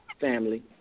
family